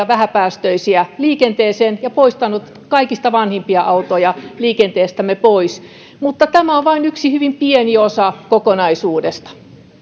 vähäpäästöisiä ajoneuvoja liikenteeseen ja poistanut kaikista vanhimpia autoja liikenteestämme pois mutta tämä on vain yksi hyvin pieni osa kokonaisuudesta